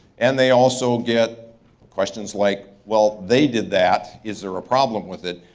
and they also get questions like, well they did that? is there a problem with it?